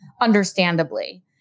understandably